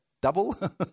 double